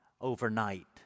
overnight